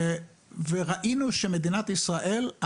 וראינו שמדינת ישראל,